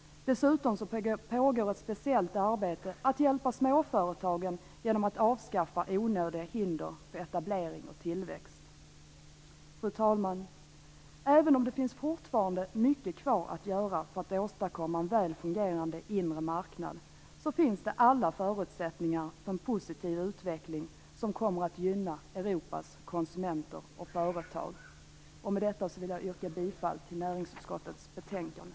Dessutom pågår ett speciellt arbete med att hjälpa småföretagen genom att avskaffa onödiga hinder för etablering och tillväxt. Fru talman! Även om det fortfarande finns mycket kvar att göra för att åstadkomma en väl fungerande inre marknad, finns det alla förutsättningar för en positiv utveckling som kommer att gynna Europas konsumenter och företag. Med detta vill jag yrka bifall till hemställan i näringsutskottets betänkande.